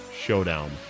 showdown